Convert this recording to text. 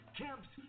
camps